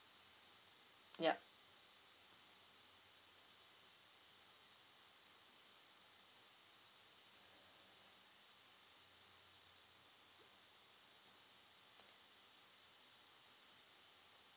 yup